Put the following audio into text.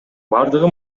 бардыгы